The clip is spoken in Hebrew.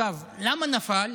למה נפל?